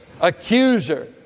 accuser